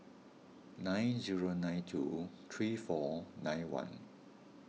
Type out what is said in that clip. nine zero nine two three four nine one